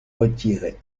retirer